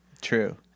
True